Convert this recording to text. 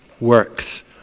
works